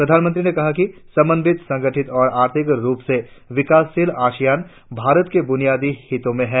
प्रधानमंत्री ने कहा कि समन्वित संगठित और आर्थिक रुप से विकासशील आसियान भारत के ब्रनियादी हित में है